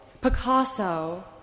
Picasso